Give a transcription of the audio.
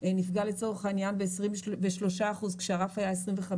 נפגע לצורך העניין ב-3% כשהרף היה 25%,